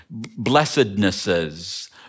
blessednesses